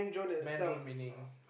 man drone meaning